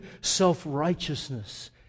self-righteousness